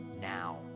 now